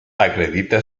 acredita